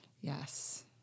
Yes